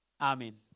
Amen